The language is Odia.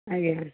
ଆଜ୍ଞା